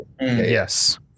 yes